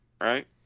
right